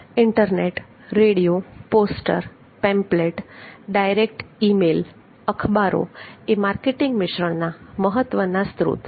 internet radio poster pamphlet direct email અખબારો એ marketing મિશ્રણના મહત્વના સ્ત્રોતો છે